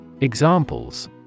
Examples